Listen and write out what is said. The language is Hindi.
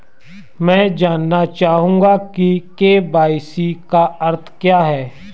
मैं जानना चाहूंगा कि के.वाई.सी का अर्थ क्या है?